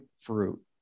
fruit